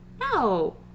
No